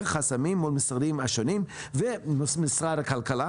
חסמים מול המשרדים השונים ומול משרד הכלכלה,